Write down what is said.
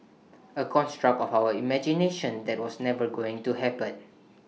A construct of our imaginations that was never going to happen